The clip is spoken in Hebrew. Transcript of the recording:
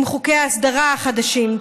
עם חוקי ההסדרה החדשים,